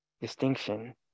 distinction